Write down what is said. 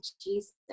Jesus